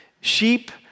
Sheep